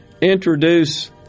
introduce